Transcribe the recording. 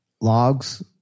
logs